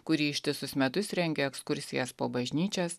kuri ištisus metus rengia ekskursijas po bažnyčias